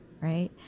Right